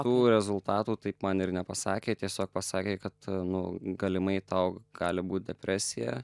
tų rezultatų taip man ir nepasakė tiesiog pasakė kad nu galimai tau gali būt depresija